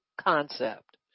concept